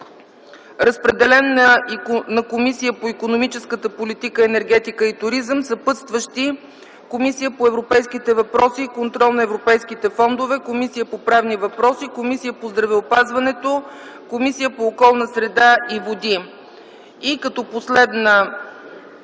Водеща е Комисията по икономическата политика, енергетика и туризъм. Съпътстващи са Комисията по европейските въпроси и контрол на европейските фондове, Комисията по правни въпроси, Комисията по здравеопазването и Комисията по околната среда и водите.